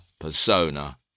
persona